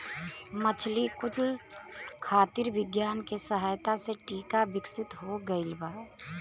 मछली कुल खातिर विज्ञान के सहायता से टीका विकसित हो गइल बा